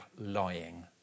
lying